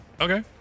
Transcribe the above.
Okay